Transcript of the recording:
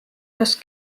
kas